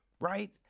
right